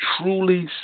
truly